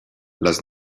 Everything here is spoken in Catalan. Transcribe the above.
les